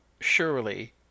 surely